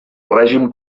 règim